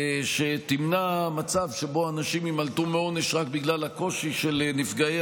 שתמנע מצב שבו אנשים יימלטו מעונש רק בגלל הקושי של נפגעי